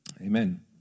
Amen